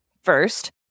First